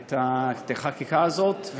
את החקיקה הזאת.